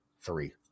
three